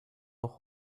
noch